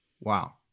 Wow